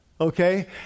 Okay